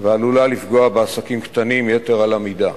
ועלולה לפגוע בעסקים קטנים יתר על המידה.